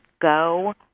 go